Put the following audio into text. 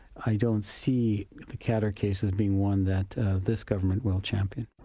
i don't see the khadr case as being one that this government will champion.